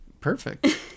perfect